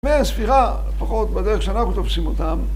מהספירה, לפחות בדרך שאנחנו תופסים אותם